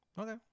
Okay